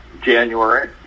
January